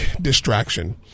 distraction